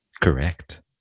Correct